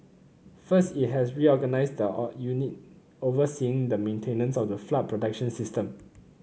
first it has reorganised the unit overseeing the maintenance of the flood protection system